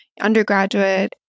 undergraduate